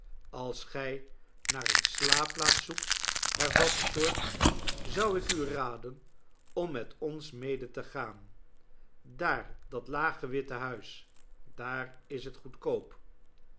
als gij naar eene slaapplaats zoekt hervatte short zou ik u raden om met ons mede te gaan daar dat lage witte huis daar is het goedkoop